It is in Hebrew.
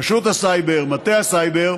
רשות הסייבר, מטה הסייבר,